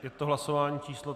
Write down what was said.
Je to hlasování číslo 384.